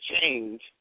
change